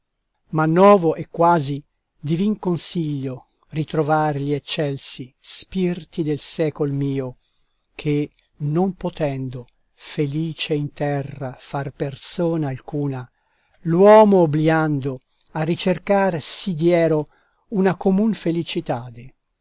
ma novo e quasi divin consiglio ritrovàr gli eccelsi spirti del secol mio che non potendo felice in terra far persona alcuna l'uomo obbliando a ricercar si diero una comun felicitade